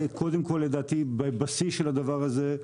לדעתי, בבסיס הדבר הזה צריך,